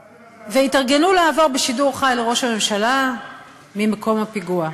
התארגנו לעבור בשידור חי לדברי ראש הממשלה ממקום הפיגוע.